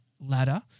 ladder